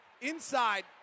Inside